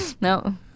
No